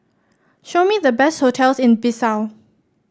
show me the best hotels in Bissau